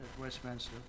Westminster